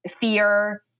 fear